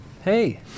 Hey